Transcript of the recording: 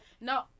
No